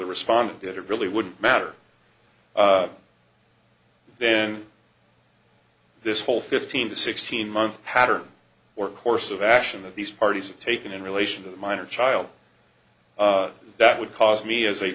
the respondent did it really wouldn't matter then this whole fifteen to sixteen month pattern or course of action of these parties taken in relation to a minor child that would cause me as a